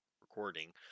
recording